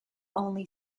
only